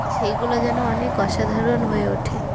সেইগুলো যেন অনেক অসাধারণ হয়ে ওঠে